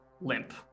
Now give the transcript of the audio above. limp